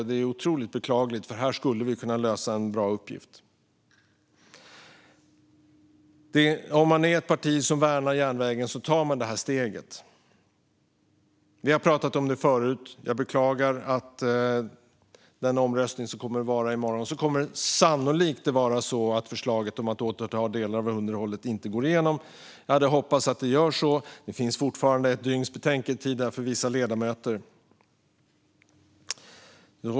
Det är otroligt beklagligt, för här skulle vi kunna lösa en uppgift på ett bra sätt. Om man är ett parti som värnar järnvägen tar man det här steget. Vi har pratat om det förut. Jag beklagar att förslaget om att återta delar av underhållet sannolikt inte kommer att gå igenom vid den omröstning som kommer att ske i morgon. Jag hade hoppats att det skulle göra det. Det finns fortfarande ett dygns betänketid för vissa ledamöter.